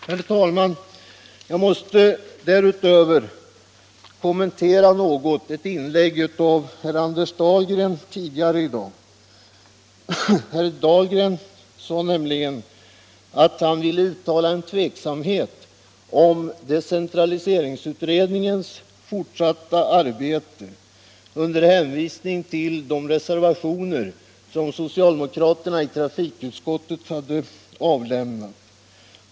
Slutligen vill jag också något kommentera herr Dahlgrens inlägg tidigare i dag. Han uttalade sin tveksamhet om decentraliseringsutredningens fortsatta arbete, och han gjorde det med hänvisning till de reservationer som socialdemokraterna i trafikutskottet hade avgivit.